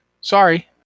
Sorry